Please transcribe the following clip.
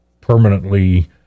permanently